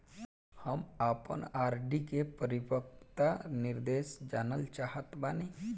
हम आपन आर.डी के परिपक्वता निर्देश जानल चाहत बानी